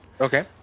Okay